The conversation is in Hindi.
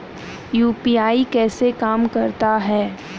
यू.पी.आई कैसे काम करता है?